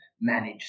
manage